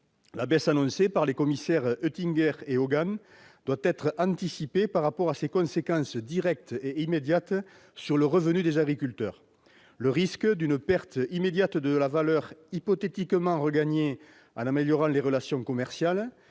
PAC annoncée par les commissaires Oettinger et Hogan doit être anticipée du point de vue de ses conséquences directes et immédiates sur le revenu des agriculteurs : le risque d'une perte instantanée de la valeur hypothétiquement regagnée en améliorant les relations commerciales